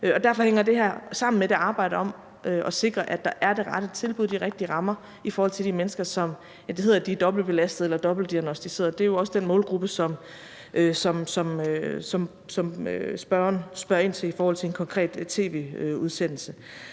Derfor hænger det her sammen med det arbejde om at sikre, at der er det rette tilbud og de rigtige rammer for de mennesker, om hvem det hedder, at de er dobbeltbelastede eller dobbeltdiagnosticerede. Og det er jo også den målgruppe, som spørgeren spørger ind til i forhold til den konkrete tv-udsendelse.